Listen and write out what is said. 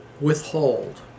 withhold